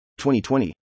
2020